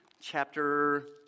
chapter